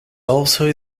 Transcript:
also